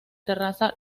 terraza